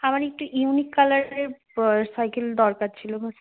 আমার একটু ইউনিক কালারের প সাইকেল দরকার ছিল আমার